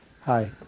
Hi